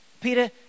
Peter